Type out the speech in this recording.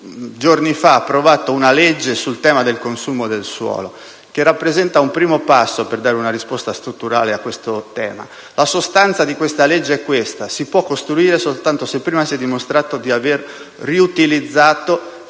giorni fa un provvedimento sul tema del consumo del suolo, che rappresenta un primo passo per dare una risposta strutturale al tema. La sostanza di questo provvedimento è la seguente: si può costruire soltanto se prima si è dimostrato di avere riutilizzato